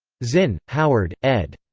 zinn, howard, ed.